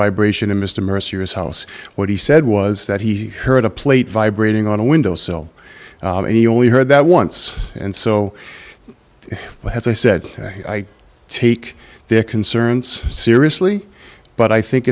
vibration in mr mercer his house what he said was that he heard a plate vibrating on a window sill and he only heard that once and so but as i said i take their concerns seriously but i think